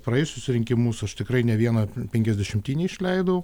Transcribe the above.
praėjusius rinkimus aš tikrai ne vieną penkiasdešimtinę išleidau